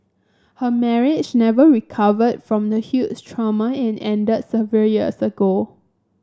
her marriage never recovered from the huge trauma and ended several years ago